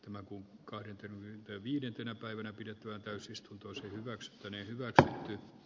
no kun kaiutin viidentenä päivänä pidettävään täysistuntoon kaks menestyvätä